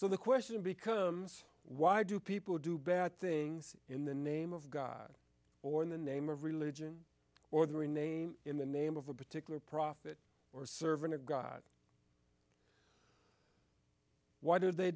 so the question becomes why do people do bad things in the name of god or in the name of religion or their name in the name of a particular prophet or servant of god why did they